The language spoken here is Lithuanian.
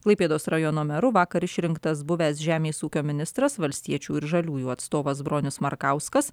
klaipėdos rajono meru vakar išrinktas buvęs žemės ūkio ministras valstiečių ir žaliųjų atstovas bronius markauskas